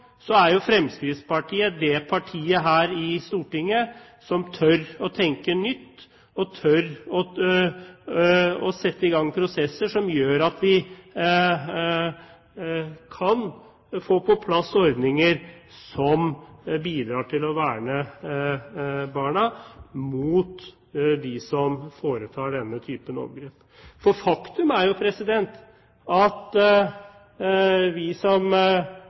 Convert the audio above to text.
er Fremskrittspartiet det partiet her i Stortinget som tør å tenke nytt, og som tør å sette i gang prosesser som gjør at vi kan få på plass ordninger som bidrar til å verne barna mot dem som begår slike overgrep. Faktum er jo at man som